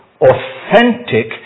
authentic